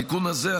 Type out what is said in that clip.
התיקון הזה,